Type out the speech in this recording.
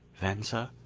venza,